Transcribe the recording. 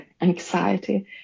anxiety